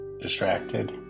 distracted